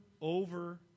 over